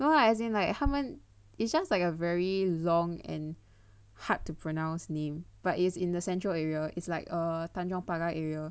no lah as in like 他们 it's just like a very long and hard to pronounce name but it's in the central area it's like err tanjong pagar area